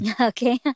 Okay